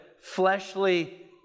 fleshly